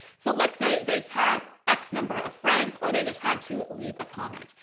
so let's say they tag x number of friends or they just had to leave a comment.